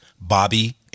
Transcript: Bobby